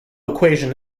equation